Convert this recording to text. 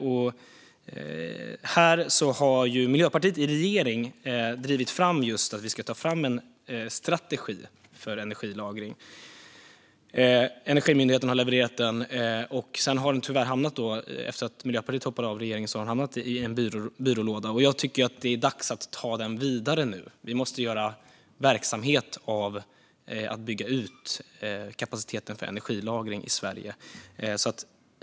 Miljöpartiet har i regeringsställning drivit fram att en strategi för energilagring ska tas fram. Energimyndigheten har levererat den. Men efter att Miljöpartiet hoppade av regeringen har den tyvärr hamnat i en byrålåda. Jag tycker att det nu är dags att ta den vidare. Vi måste göra verksamhet av detta och bygga ut kapaciteten för energilagring i Sverige.